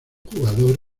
jugador